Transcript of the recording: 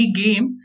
game